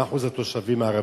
מה הוא אחוז התושבים הערבים,